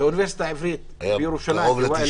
באוניברסיטה העברית בירושלים ווואהל,